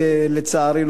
לצערי,